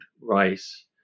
rice